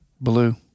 Blue